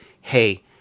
hey